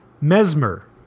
Mesmer